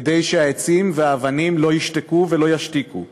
כדי שהעצים והאבנים לא ישתקו ולא ישתיקו,